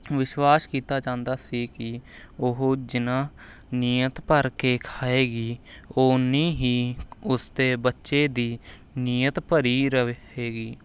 ਵਿਸ਼ਵਾਸ ਕੀਤਾ ਜਾਂਦਾ ਸੀ ਕਿ ਉਹ ਜਿੰਨਾ ਨੀਅਤ ਭਰ ਕੇ ਖਾਵੇਗੀ ਉਨੀਂ ਹੀ ਉਸਦੇ ਬੱਚੇ ਦੀ ਨੀਅਤ ਭਰੀ ਰਹੇਗੀ